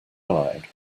allowed